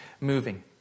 moving